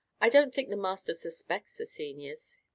i don't think the master suspects the seniors,